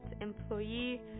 employee